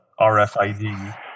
RFID